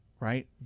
Right